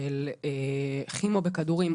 של כימו בכדורים.